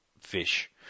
fish